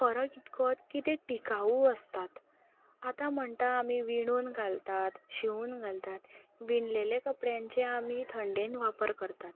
फरक इतकोत की ते टिकाऊ आसतात आतां म्हणटा आमी विणून घालतात शिंवून घालतात विणलेले कपड्यांचे आमी थंडेन वापर करतात